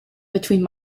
between